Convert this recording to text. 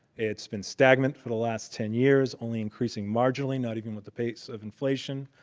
it's been stagnant for the last ten years, only increasing marginally, not even with the pace of inflation.